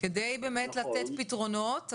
כדי באמת לתת פתרונות.